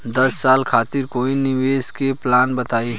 दस साल खातिर कोई निवेश के प्लान बताई?